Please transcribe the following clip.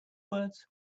words